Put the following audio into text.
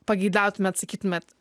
pageidautume atsakytumėt